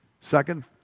Second